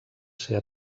ser